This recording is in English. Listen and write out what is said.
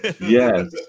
Yes